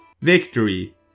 victory